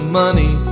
money